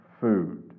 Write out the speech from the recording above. food